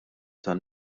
tan